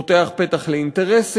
פותח פתח לאינטרסים,